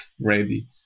ready